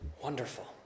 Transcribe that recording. wonderful